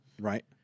Right